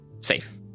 safe